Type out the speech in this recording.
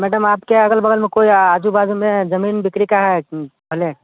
madam आपके अग़ल बग़ल में कोई आज़ू बाज़ू में ज़मीन बिक्री की है हमें